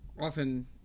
often